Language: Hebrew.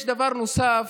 יש דבר נוסף,